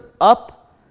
up